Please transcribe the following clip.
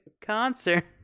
concert